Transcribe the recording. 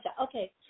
okay